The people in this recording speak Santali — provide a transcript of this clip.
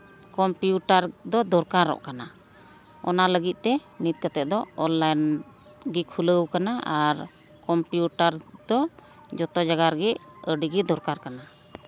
ᱠᱚᱢᱯᱤᱭᱩᱴᱟᱨ ᱫᱚ ᱫᱚᱨᱠᱟᱨᱚᱜ ᱠᱟᱱᱟ ᱚᱱᱟ ᱞᱟᱹᱜᱤᱫ ᱛᱮ ᱱᱤᱛ ᱠᱟᱛᱮᱫ ᱫᱚ ᱚᱱᱞᱟᱭᱤᱱ ᱜᱮ ᱠᱷᱩᱞᱟᱹᱣ ᱠᱟᱱᱟ ᱟᱨ ᱠᱚᱢᱯᱤᱭᱩᱴᱟᱨ ᱫᱚ ᱡᱚᱛᱚ ᱡᱟᱭᱜᱟ ᱨᱮᱜᱮ ᱟᱹᱰᱤᱜᱮ ᱫᱚᱨᱠᱟᱨ ᱠᱟᱱᱟ